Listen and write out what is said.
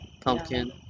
pumpkin